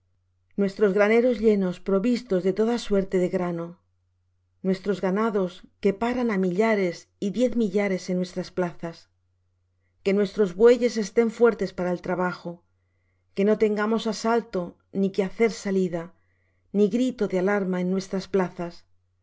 nuestros graneros llenos provistos de toda suerte de grano nuestros ganados que paran á millares y diez millares en nuestras plazas que nuestros bueyes estén fuertes para el trabajo que no tengamos asalto ni que hacer salida ni grito de alarma en nuestras plazas